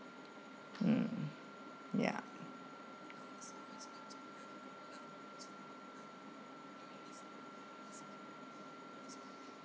mm ya